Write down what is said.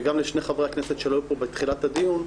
וגם לשני חברי הכנסת שלא היו פה בתחילת הדיון.